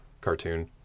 cartoon